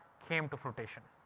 came to fruition.